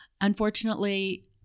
Unfortunately